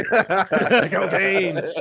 Cocaine